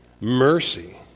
mercy